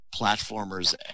platformers